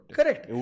Correct